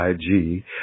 IG